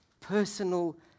personal